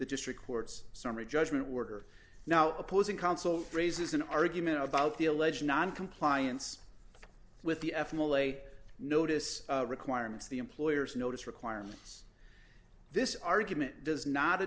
the district court's summary judgment we're now opposing counsel raises an argument about the alleged noncompliance with the f molay notice requirements the employer's notice requirements this argument does not